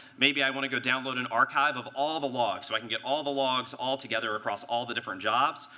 maybe i want to go download an archive of all the logs so i can get all the logs all together across all the different jobs,